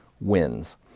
wins